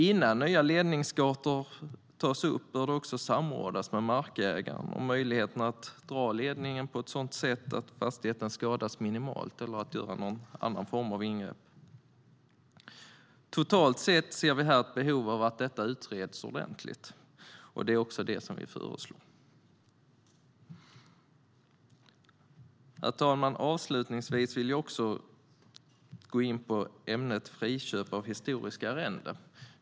Innan nya ledningsgator tas upp bör det också samrådas med markägaren om möjligheterna att dra ledningen eller göra någon annan form av ingrepp på ett sådant sätt att fastigheten skadas minimalt. Totalt sett ser vi ett behov av att detta utreds ordentligt. Det är också det vi föreslår. Herr talman! Avslutningsvis vill jag gå in på ämnet friköp av historiska arrenden.